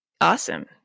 Awesome